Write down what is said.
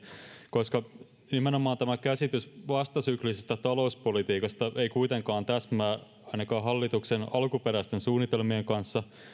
koska nimenomaan tämä käsitys vastasyklisestä talouspolitiikasta ei kuitenkaan täsmää ainakaan hallituksen alkuperäisten suunnitelmien kanssa